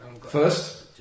First